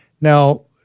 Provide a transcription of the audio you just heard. Now